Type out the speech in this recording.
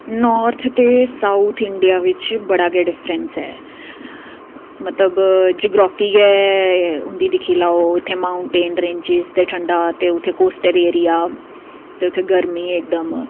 north ते south India बिच बड़ा गै डिफरैंस ऐ मतलब ज्योग्राफी गै उं'दी दिक्खी लैओ उत्थै माऊंटेन रेंज ते ठंडा ते उत्थै कोस्टल एरिया ते उत्थै गर्मी ऐ इकदम